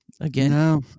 again